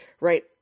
right